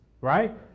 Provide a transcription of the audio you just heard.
right